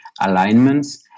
alignments